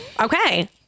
Okay